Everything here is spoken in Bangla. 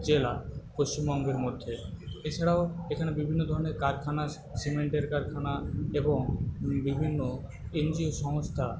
জেলা পশ্চিমবঙ্গের মধ্যে এছাড়াও এখানে বিভিন্ন ধরণের কারখানা সিমেন্টের কারখানা এবং বিভিন্ন এনজিও সংস্থা